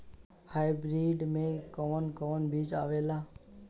Hybrid में कोवन कोवन बीज आवेला?